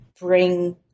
bring